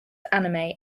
anime